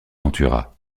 ventura